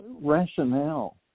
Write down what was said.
rationale